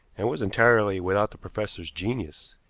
and was entirely without the professor's genius.